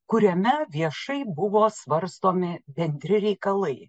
kuriame viešai buvo svarstomi bendri reikalai